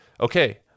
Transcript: okay